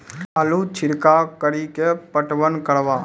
आलू छिरका कड़ी के पटवन करवा?